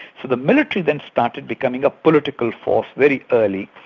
so the military then started becoming a political force, very early,